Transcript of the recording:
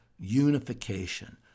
unification